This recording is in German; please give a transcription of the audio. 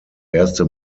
erste